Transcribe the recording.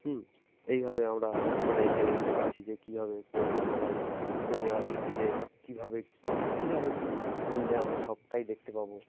হুম এইভাবে আমরা মানে জেনে নিতে পারছি যে কীভাবে কোন জায়গায় কোন জায়গা দিক গিলে কীভাবে কীভাবে কী কী করলে আমরা সবটাই দেখতে পাবো